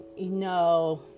no